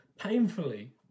painfully